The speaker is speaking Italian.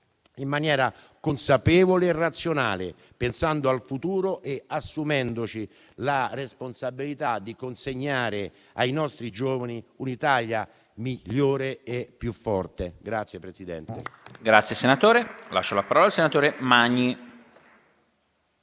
in maniera consapevole e razionale, pensando al futuro e assumendoci la responsabilità di consegnare ai nostri giovani un'Italia migliore e più forte. PRESIDENTE. È iscritto a parlare il senatore Magni.